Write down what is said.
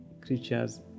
creatures